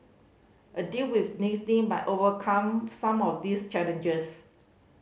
a deal with Disney might overcome some of these challenges